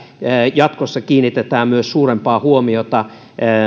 jatkossa kiinnitetään suurempaa huomiota myös